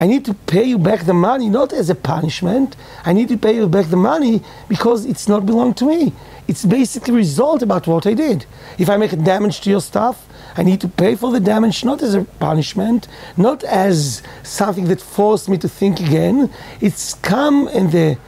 אני צריך לשלם לך בחזרה את הכסף, לא כעונש, אני צריך לשלם לך בחזרה את הכסף כי הוא לא שייך לי. זו תוצאה בסיסית של הפעולות שלי. אם אני גורם נזק לרכוש שלך, אני צריך לשלם על הנזק לא כעונש, לא כמשהו שמאלץ אותי לחשוב שוב, זה בא ...